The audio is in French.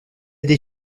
des